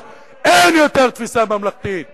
אין יותר תפיסה ממלכתית, ההסתה שלכם משרתת אתכם.